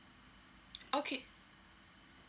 okay